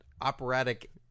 operatic